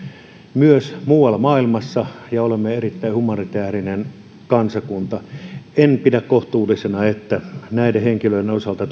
myös muualla maailmassa ja olemme erittäin humanitäärinen kansakunta en pidä kohtuullisena että tulisi joitain rajoitteita näiden henkilöiden osalta